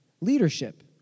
leadership